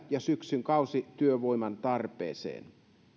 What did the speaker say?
ja syksyn kausityövoiman tarpeeseen